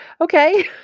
okay